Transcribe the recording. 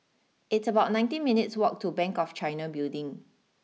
it's about nineteen minutes' walk to Bank of China Building